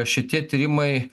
šitie tyrimai